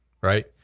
right